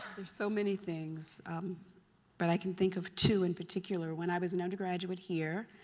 there's so many things but i can think of two in particular. when i was an undergraduate here,